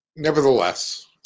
Nevertheless